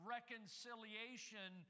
reconciliation